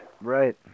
Right